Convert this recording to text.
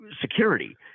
security